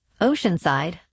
Oceanside